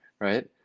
right